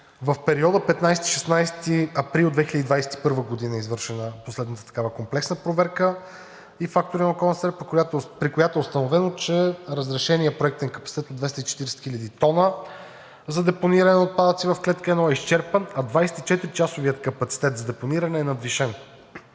В периода 15 – 16 април 2021 г. е извършена последната такава комплексна проверка и фактори на околната среда, при която е установено, че разрешеният проектен капацитет от 240 хил. тона за депониране на отпадъци в клетка 1 е изчерпан, а 24-часовият капацитет за депониране е надвишен,